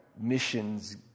missions